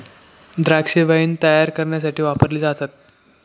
द्राक्षे वाईन तायार करण्यासाठी वापरली जातात